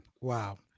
Wow